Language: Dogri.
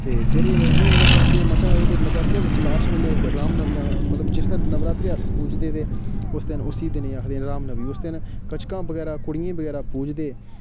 ते जेह्ड़े हून नवरात्रे मसां होऐ ते नवरात्रे बिच लॉस्ट बेल्लै रामनवमीं मतलब जिस दिन नवरात्रे पूजदे ते उस दिन उसी दिनें ई आखदे न रामनवमीं उस दिन कंजका बगैरा कुड़ियें ई बगैरा पूजदे